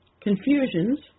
confusions